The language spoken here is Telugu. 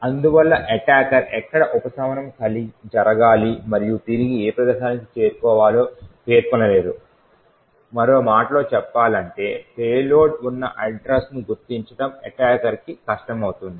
అందువల్ల ఎటాకార్ ఎక్కడ ఉపశమనం జరగాలి మరియు తిరిగి ఏ ప్రదేశానికి చేరుకోవాలో పేర్కొనలేరు మరో మాటలో చెప్పాలంటే పేలోడ్ ఉన్న అడ్రస్ ను గుర్తించడం ఎటాకార్కి కష్టమవుతుంది